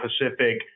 Pacific